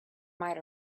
might